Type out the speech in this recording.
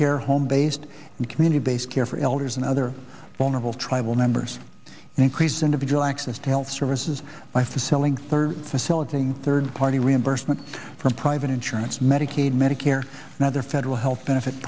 care home based and community based care for elders and other vulnerable tribal members and increase individual access to health services life the selling third facility third party reimbursement from private insurance medicaid medicare and other federal health benefit